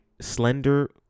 slender